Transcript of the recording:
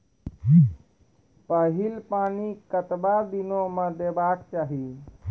पहिल पानि कतबा दिनो म देबाक चाही?